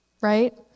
right